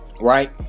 Right